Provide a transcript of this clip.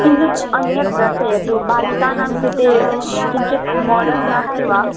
किञ्चिद् अन्यत् दर्शयतु बालिकानां कृते किञ्चिद् माडेर्न् नास्ति वा